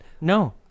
no